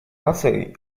наций